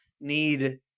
need